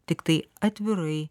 tiktai atvirai